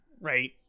Right